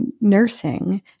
nursing